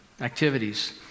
activities